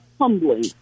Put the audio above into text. humbling